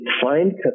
find